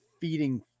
feeding